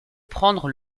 prendre